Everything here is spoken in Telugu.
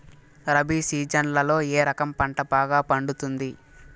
రబి సీజన్లలో ఏ రకం పంట బాగా పండుతుంది